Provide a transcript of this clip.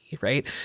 right